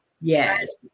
Yes